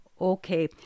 Okay